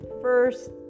first